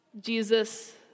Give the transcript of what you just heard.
Jesus